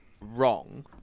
wrong